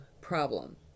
problem